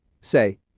Say